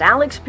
Alex